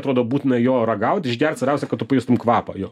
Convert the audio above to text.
atrodo būtina jo ragaut išgert svarbiausia kad tu pajustum kvapą jo